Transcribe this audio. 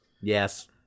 yes